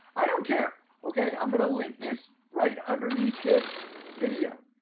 i don't care. okay, i'm gonna link this right underneath this video.